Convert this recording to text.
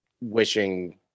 wishing